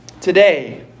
today